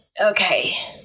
okay